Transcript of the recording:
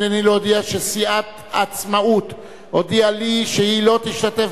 הנני להודיע שסיעת העצמאות הודיעה לי שהיא לא תשתתף